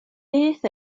beth